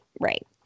Right